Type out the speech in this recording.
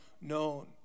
known